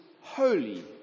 holy